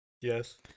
Yes